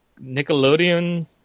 Nickelodeon